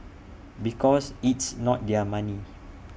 because it's not their money